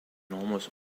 almost